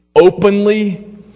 openly